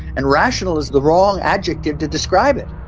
and rational is the wrong adjective to describe it.